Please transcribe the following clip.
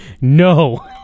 No